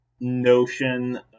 notion